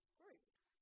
groups